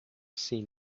seen